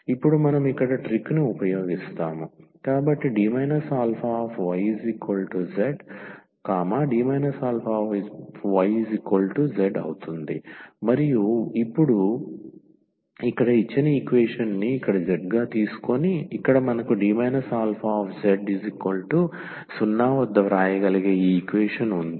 ఇప్పుడు మనం ఇక్కడ ట్రిక్ ని ఉపయోగిస్తాము కాబట్టి D αyz D αyz అవుతుంది మరియు ఇప్పుడు ఇక్కడ ఇచ్చిన ఈక్వేషన్ ని ఇక్కడ z గా తీసుకొని ఇక్కడ మనకు D αz0 వద్ద వ్రాయగలిగే ఈ ఈక్వేషన్ఉంది